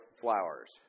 flowers